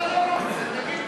בוא נהיה ביחד.